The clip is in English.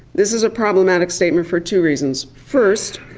this is a problematic statement for two reasons. first,